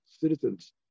citizens